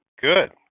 Good